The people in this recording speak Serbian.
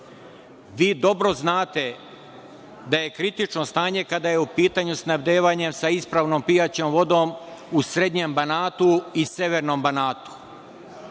Dobro znate da je kritično stanje kada je u pitanju snabdevanje sa ispravnom pijaćom vodom u srednjem Banatu i severnom Banatu.